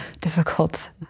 difficult